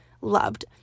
loved